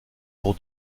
pour